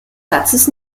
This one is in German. satzes